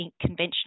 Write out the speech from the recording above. conventional